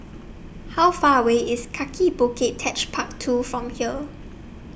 How Far away IS Kaki Bukit Techpark two from here